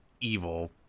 evil